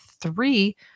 three